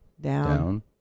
Down